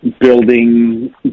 building